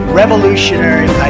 revolutionary